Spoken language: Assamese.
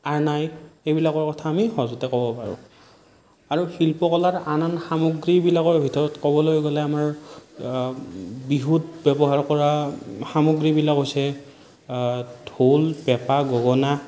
আৰনাই সেইবিলাকৰ কথা আমি সহজতে ক'ব পাৰোঁ আৰু শিল্পকলাৰ আন আন সামগ্ৰীবিলাকৰ ভিতৰত ক'বলৈ গ'লে আমাৰ বিহুত ব্যৱহাৰ কৰা সামগ্ৰীবিলাক হৈছে ঢোল পেঁপা গগনা